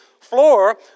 floor